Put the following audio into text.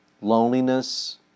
loneliness